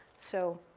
so,